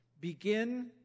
Begin